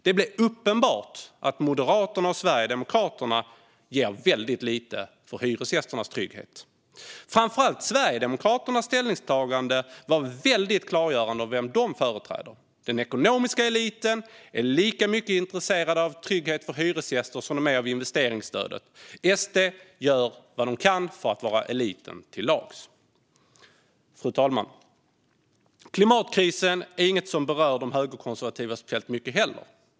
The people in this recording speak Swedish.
Det blev uppenbart att Moderaterna och Sverigedemokraterna ger väldigt lite för hyresgästernas trygghet. Framför allt Sverigedemokraternas ställningstaganden var väldigt klargörande för vem de företräder. Den ekonomiska eliten är lika intresserad av trygghet för hyresgästerna som de är av investeringsstödet. SD gör vad de kan för att vara eliten till lags. Fru talman! Klimatkrisen är inget som berör de högerkonservativa speciellt mycket heller.